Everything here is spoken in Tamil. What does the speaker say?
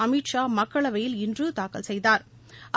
அமித்ஷா மக்களவையில் இன்று தாக்கல் செய்தாா்